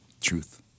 Truth